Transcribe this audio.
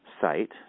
site